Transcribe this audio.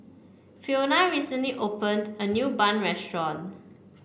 Fiona recently opened a new Bun restaurant